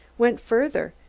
went further,